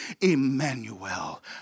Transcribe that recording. Emmanuel